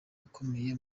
ukomeye